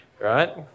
right